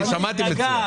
שמעתי את זה.